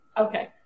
Okay